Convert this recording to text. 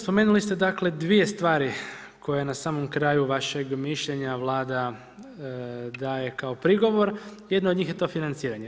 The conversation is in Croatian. Spomenuli ste dakle dvije stvari koje na samom kraju vašeg mišljenja Vlada daje kao prigovor, jedna od njih je to financiranje.